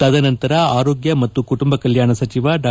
ತದನಂತರ ಆರೋಗ್ಯ ಮತ್ತ ಕುಟುಂಬ ಕಲ್ಯಾಣ ಸಚಿವ ಡಾ